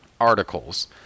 Articles